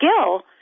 skill